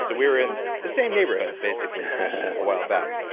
so we were in the same neighborhood basically, a while back.